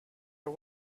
are